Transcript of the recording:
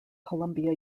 columbia